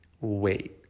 Wait